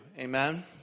Amen